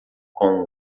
com